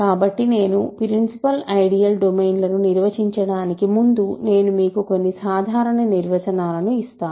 కాబట్టి నేను principal ideal domain లను నిర్వచించడానికి ముందు నేను మీకు కొన్ని సాధారణ నిర్వచనాలను ఇస్తాను